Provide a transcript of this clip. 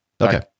Okay